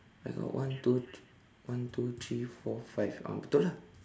I got one two three one two three four five ah betul ah